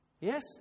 Yes